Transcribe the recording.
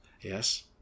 Yes